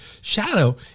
shadow